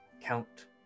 count